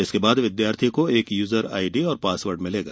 इसके बाद विद्यार्थी को एक यूजर आइडी और पासवर्ड मिलेगा